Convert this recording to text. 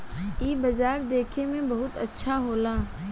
इ बाजार देखे में बहुते अच्छा होला